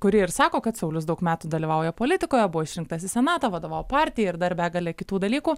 kuri ir sako kad saulius daug metų dalyvauja politikoje buvo išrinktas į senatą vadovavo partijai ir dar begalę kitų dalykų